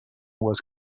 was